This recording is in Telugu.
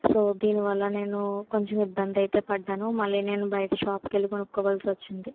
సో దీనివల్ల నేను కొంచెం ఇబ్బంది అయితే పడ్డాను మళ్ళీ నేను బయట షాప్కి వెళ్ళి కొనుక్కోవాల్సి వచ్చింది